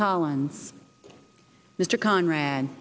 collins mr conrad